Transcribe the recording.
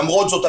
למרות זאת,